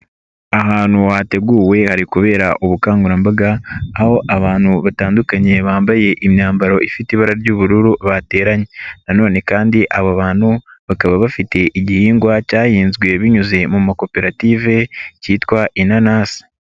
Ahantu hateguwe hari kubera ubukangurambaga aho abantu batandukanye bambaye imyambaro ifite ibara ry'ubururu bateranye nanone kandi abo bantu bakaba bafite igihingwa cyahinzwe binyuze mu makoperative kitwa inanasi.